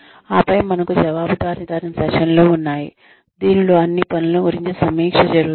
ఆపై మనకు జవాబుదారీతనం సెషన్లు ఉన్నాయి దీనిలో అన్ని పనుల గురించి సమీక్ష జరుగుతుంది